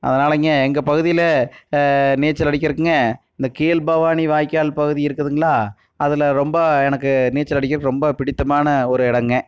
அதனாலைங்க எங்கள் பகுதியில் நீச்சல் அடிக்கிறக்குங்க இந்த கீழ்பவானி வாய்க்கால் பகுதி இருக்குதுங்ளா அதில் ரொம்ப எனக்கு நீச்சல் அடிக்கிறது ரொம்ப பிடித்தமான ஒரு இடங்க